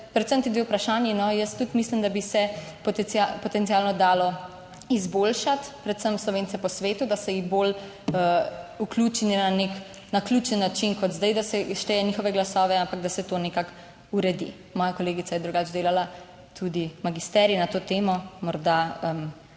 predvsem ti dve vprašanji, no, jaz tudi mislim, da bi se potencialno dalo izboljšati, predvsem Slovence po svetu, da se jih bolj vključi na nek naključen način, kot zdaj, da se šteje njihove glasove, ampak da se to nekako uredi. Moja kolegica je drugače delala tudi magisterij na to temo, morda bomo